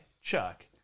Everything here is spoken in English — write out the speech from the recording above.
Chuck